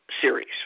series